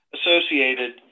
associated